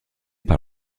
par